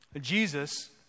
Jesus